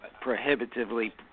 prohibitively